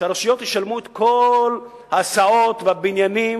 שהרשויות ישלמו את כל ההסעות והבניינים